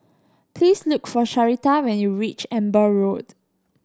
please look for Sharita when you reach Amber Road